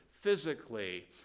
physically